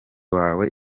wawe